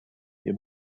ihr